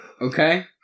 Okay